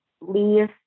leave